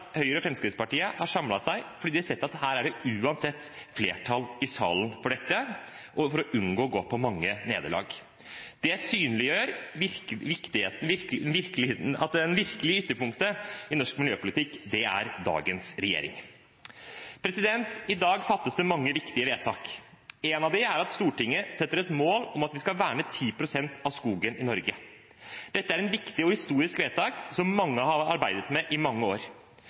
Høyre og Fremskrittspartiet har samlet seg, fordi de har sett at det uansett er flertall i salen for dette, og for å unngå å gå på mange nederlag. Det synliggjør at det virkelige ytterpunktet i norsk miljøpolitikk er dagens regjering. I dag fattes det mange viktige vedtak. Ett av dem er at Stortinget setter et mål om at vi skal verne 10 pst. av skogen i Norge. Dette er et viktig og historisk vedtak, som mange har arbeidet med i mange år.